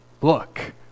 look